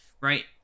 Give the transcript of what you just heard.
right